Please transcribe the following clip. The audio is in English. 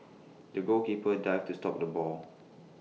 the goalkeeper dived to stop the ball